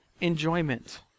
Enjoyment